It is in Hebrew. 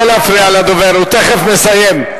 לא להפריע לדובר, הוא תיכף מסיים.